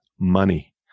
Money